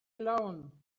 alone